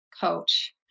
coach